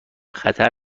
خطر